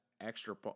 extra